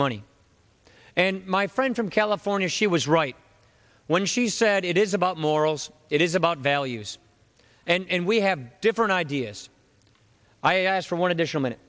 money and my friend from california she was right when she said it is about morals it is about values and we have different ideas i have for one additional m